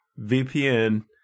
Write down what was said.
VPN